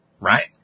right